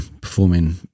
performing